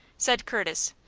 said curtis,